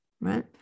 right